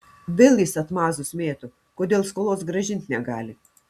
vėl jis atmazus mėto kodėl skolos grąžint negali